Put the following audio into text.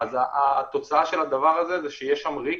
אז התוצאה של הדבר הזה זה שיש שם ריק,